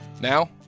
Now